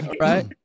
Right